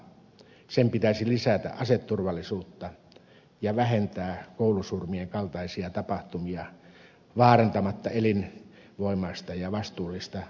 sen pitäisi lisätä aseturvallisuutta ja vähentää koulusurmien kaltaisia tapahtumia vaarantamatta elinvoimaista ja vastuullista ampumaharrastusta